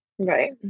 Right